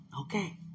Okay